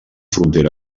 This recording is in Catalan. frontera